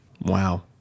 Wow